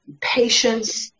patience